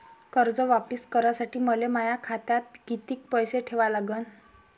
कर्ज वापिस करासाठी मले माया खात्यात कितीक पैसे ठेवा लागन?